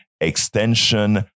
Extension